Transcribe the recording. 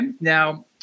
now